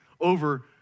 over